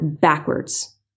backwards